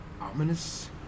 ominous